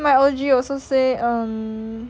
then my O_G also say um